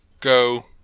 go